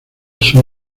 son